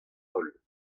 holl